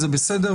וזה בסדר.